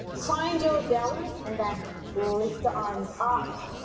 find your balance, and then lift the arms up